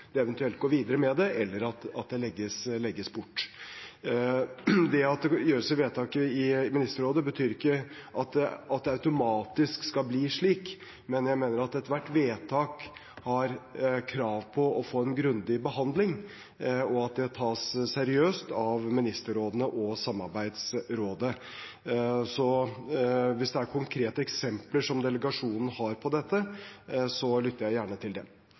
gjøres vedtak i Ministerrådet, betyr ikke at det automatisk skal bli slik, men jeg mener at ethvert vedtak har krav på å få en grundig behandling, og at det tas seriøst av ministerrådene og samarbeidsrådet. Så hvis delegasjonen har konkrete eksempler på dette, lytter jeg gjerne til dem. Det